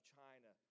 China